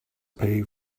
pay